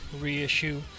reissue